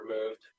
removed